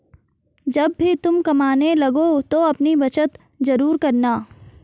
जब भी तुम कमाने लगो तो अपनी बचत जरूर करना